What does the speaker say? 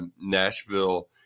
Nashville